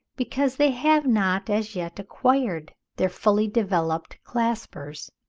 because they have not as yet acquired their fully-developed claspers.